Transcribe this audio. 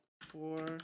Four